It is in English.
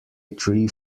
tree